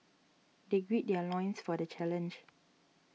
they gird their loins for the challenge